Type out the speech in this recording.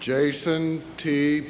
jason t